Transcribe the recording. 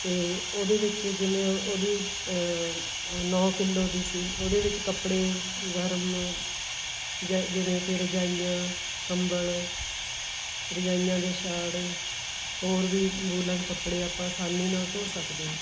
ਅਤੇ ਉਹਦੇ ਵਿੱਚ ਜਿਵੇਂ ਉਹਦੀ ਨੌ ਕਿਲੋ ਦੀ ਸੀ ਉਹਦੇ ਵਿੱਚ ਕੱਪੜੇ ਗਰਮ ਜਿਵੇਂ ਕਿ ਰਜਾਈਆਂ ਕੰਬਲ ਰਜਾਈਆਂ ਦੇ ਛਾੜ ਹੋਰ ਵੀ ਵੂਲਨ ਕੱਪੜੇ ਆਪਾਂ ਆਸਾਨੀ ਨਾਲ ਧੋ ਸਕਦੇ ਹਾਂ